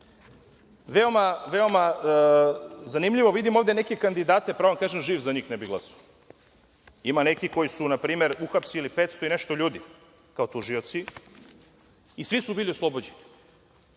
je veoma zanimljivo, vidim ovde neke kandidate, pravo da vam kažem, živ za njih ne bih glasao. Ima nekih koji su npr. uhapsili 500 i nešto ljudi kao tužioci i svi su bili oslobođeni